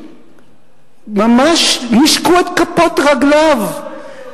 ממש נישקו את כפות רגליו.